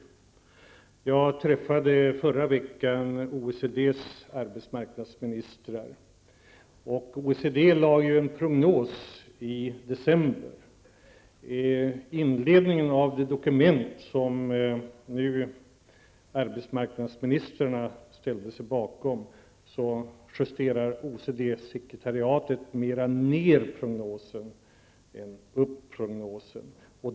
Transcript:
Förra veckan träffade jag OECD:s arbetsmarknadsministrar. OECD lade ju fram en prognos i december. I inledningen av det dokument som arbetsmarknadsministrarna nu ställde sig bakom justerar OECD:s sekretariat ner prognosen snarare än upp.